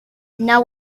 now